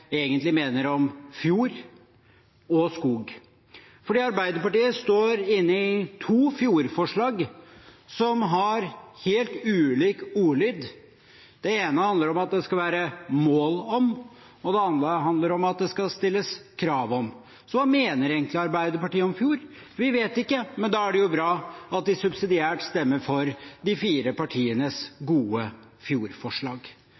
egentlig mener om fjord og skog, for Arbeiderpartiet står som medforslagsstiller til to fjordforslag som har helt ulik ordlyd. Det ene handler om at det skal være «mål om», og det andre handler om at det skal stilles «krav om». Hva mener Arbeiderpartiet egentlig om fjord? Vi vet ikke, men da er det bra at de subsidiært stemmer for de fire partienes